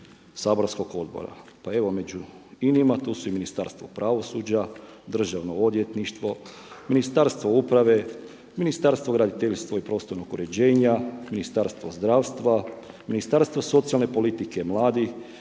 saborskog odbora. Pa evo među inima tu su Ministarstvo pravosuđa, državno odvjetništvo, Ministarstvo uprave, Ministarstvo graditeljstva i prostornog uređenja, Ministarstvo zdravstva, Ministarstvo socijalne politike i mladih,